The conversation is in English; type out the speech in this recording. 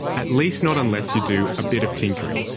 at least not unless you do a bit of tinkering.